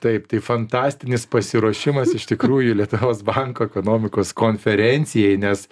taip tai fantastinis pasiruošimas iš tikrųjų lietuvos banko ekonomikos konferencijai nes